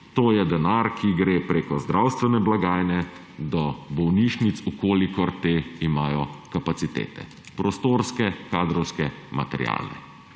to je denar, ki gre preko zdravstvene blagajne do bolnišnic, če te imajo kapacitete, prostorske, kadrovske, materialne,